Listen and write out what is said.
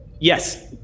Yes